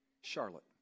Charlotte